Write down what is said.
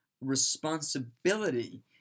responsibility